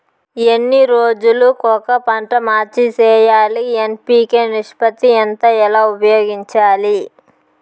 ఎన్ని రోజులు కొక పంట మార్చి సేయాలి ఎన్.పి.కె నిష్పత్తి ఎంత ఎలా ఉపయోగించాలి?